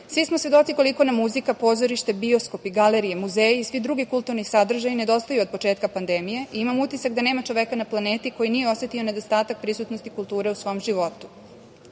smo svedoci koliko nam muzika, pozorišta, bioskopi, galerije, muzeji i svi drugi kulturni sadržaji nedostaju od početka pandemije i imam utisak da nema čoveka na planeti koji nije osetio nedostatak prisutnosti kulture u svom životu.